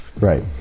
Right